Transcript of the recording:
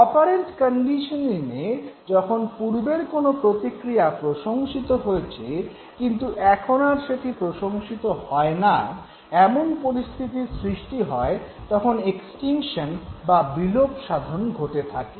operant conditioning এ যখন পূর্বের কোনো প্রতিক্রিয়া প্রশংসিত হয়েছে কিন্তু এখন আর সেটি প্রশংসিত হয় না - এমন পরিস্থিতির সৃষ্টি হয় তখন এক্সটিংকশন বা বিলোপসাধন ঘটে থাকে